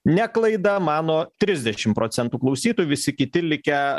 ne klaida mano trisdešim procentų klausytojų visi kiti likę